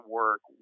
work